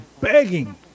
begging